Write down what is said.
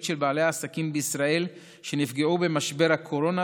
של בעלי העסקים בישראל שנפגעו במשבר הקורונה,